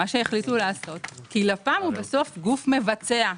מה שיחליטו לעשות כי לפ"ם הוא בסוף גוף מבצע.